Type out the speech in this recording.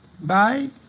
Bye